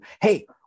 hey